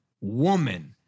woman